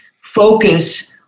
focus